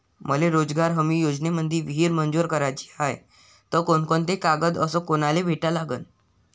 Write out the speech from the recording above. मले रोजगार हमी योजनेमंदी विहीर मंजूर कराची हाये त कोनकोनते कागदपत्र अस कोनाले भेटा लागन?